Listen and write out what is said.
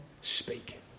speak